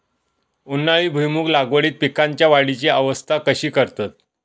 उन्हाळी भुईमूग लागवडीत पीकांच्या वाढीची अवस्था कशी करतत?